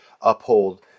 uphold